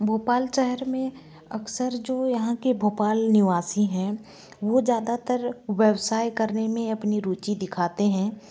भोपाल शहर में अक्सर जो यहाँ के भोपाल निवासी हैं वो ज़्यादातर व्यवसाय करने में अपनी रुचि दिखाते हैं